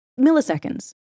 milliseconds